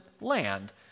land